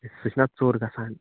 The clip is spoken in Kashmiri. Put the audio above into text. سُہ چھُنا ژوٚر گَژھان